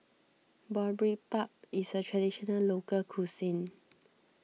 Boribap is a Traditional Local Cuisine